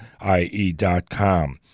I-E.com